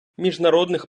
міжнародних